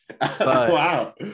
Wow